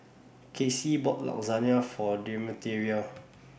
Casie bought Lasagna For Demetria